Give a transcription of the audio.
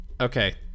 Okay